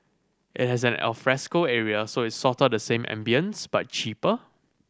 it has an alfresco area so it's sorta the same ambience but cheaper